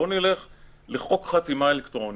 בואו נלך לחוק חתימה אלקטרונית,